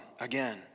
again